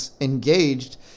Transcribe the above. engaged